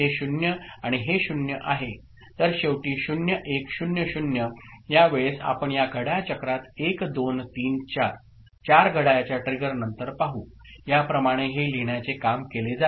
तर शेवटी 0 1 0 0 यावेळेस आपण या घड्याळ चक्रात 1 2 3 4 4 घड्याळाच्या ट्रिगर नंतर पाहू याप्रमाणे हे लिहिण्याचे काम केले जाते